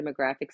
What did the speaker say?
demographics